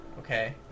okay